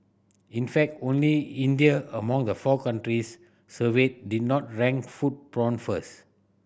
in fact only India among the four countries surveyed did not rank food porn first